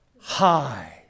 High